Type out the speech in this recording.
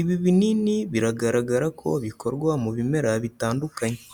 ibi binini biragaragara ko bikorwa mu bimera bitandukanye.